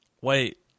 Wait